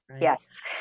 Yes